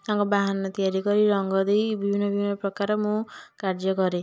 ତାଙ୍କ ବାହନ ତିଆରି କରି ରଙ୍ଗ ଦେଇ ବିଭିନ୍ନ ବିଭିନ୍ନପ୍ରକାର ମୁଁ କାର୍ଯ୍ୟ କରେ